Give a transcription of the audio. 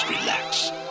Relax